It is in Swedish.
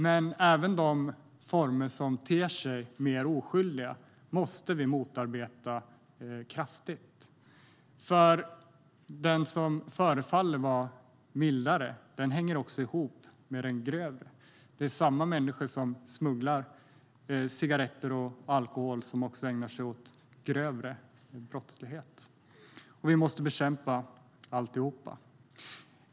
Men även de former som ter sig mer oskyldiga måste vi motarbeta kraftigt, för det som förefaller vara mildare hänger ihop med det grövre. Det är samma människor som smugglar cigaretter och alkohol som också ägnar sig åt grövre brottslighet. Vi måste bekämpa allt.